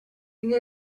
you